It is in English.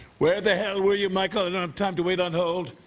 where the hell were you, michael? i don't have time to wait on hold.